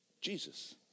Jesus